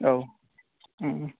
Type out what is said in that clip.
औ ओम